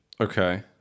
Okay